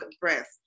breath